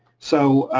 so